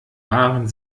waren